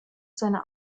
seiner